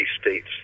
states